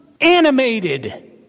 animated